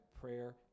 prayer